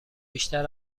بیشتر